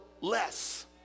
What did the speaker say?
less